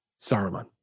Saruman